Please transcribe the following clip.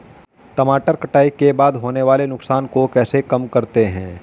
टमाटर कटाई के बाद होने वाले नुकसान को कैसे कम करते हैं?